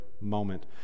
moment